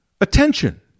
attention